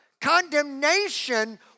Condemnation